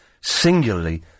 singularly